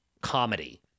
comedy